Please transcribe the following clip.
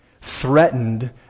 threatened